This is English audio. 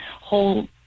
whole